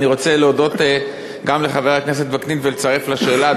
אני רוצה להודות גם לחבר הכנסת וקנין ולצרף לשאלה,